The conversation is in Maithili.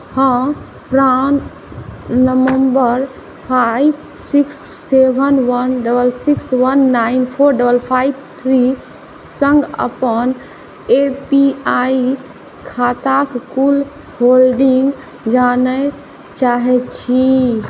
हँ PAN number five six seven one double six one nine four double five three संग अपन ए पी आई खाताक कुल होल्डिंग जानय चाहैत छी